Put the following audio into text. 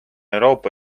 euroopa